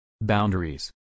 Boundaries